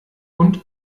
und